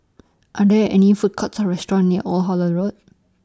Are There any Food Courts Or restaurants near Old Holland Road